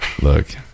Look